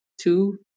two